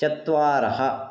चत्वारः